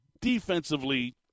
Defensively